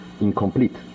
incomplete